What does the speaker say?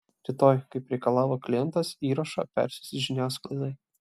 rytoj kaip reikalavo klientas įrašą persiųs žiniasklaidai